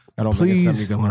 Please